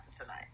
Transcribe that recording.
tonight